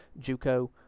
JUCO